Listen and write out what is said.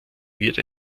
wird